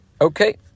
Okay